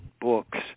books